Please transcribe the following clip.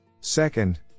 Second